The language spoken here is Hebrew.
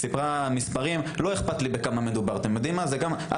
נתנה את המספרים,